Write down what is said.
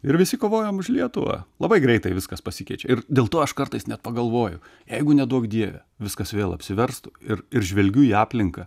ir visi kovojom už lietuvą labai greitai viskas pasikeičia ir dėl to aš kartais net pagalvoju jeigu neduok dieve viskas vėl apsiverstų ir ir žvelgiu į aplinką